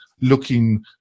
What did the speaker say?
looking